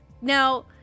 Now